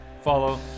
follow